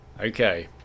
okay